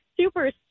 super